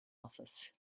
office